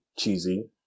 cheesy